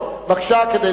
בבקשה.